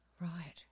Right